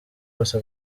bose